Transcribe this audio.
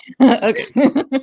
Okay